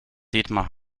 dietmar